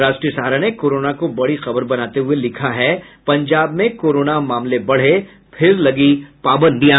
राष्ट्रीय सहारा ने कोरोना को बड़ी खबर बनाते हुये लिखा है पंजाब में कोरोना मामले बढें फिर लगीं पाबंदियां